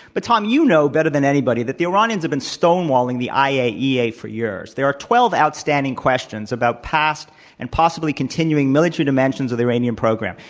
but, tom, you know better than anybody that the iranians have been stonewalling the ah iaea for years. there are twelve outstanding questions about past and possibly continuing military dimensions of the iranian program.